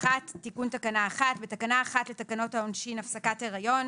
תיקון תקנה 1 בתקנה 1 לתקנות העונשין (הפסקת הריון),